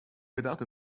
without